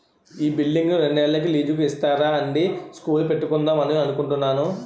ఈ బిల్డింగును రెండేళ్ళకి లీజుకు ఇస్తారా అండీ స్కూలు పెట్టుకుందాం అనుకుంటున్నాము